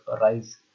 rise